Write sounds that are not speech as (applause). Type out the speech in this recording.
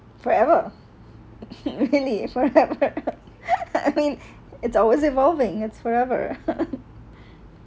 forever (laughs) really forever (laughs) I mean it's always evolving it's forever (laughs)